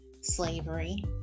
slavery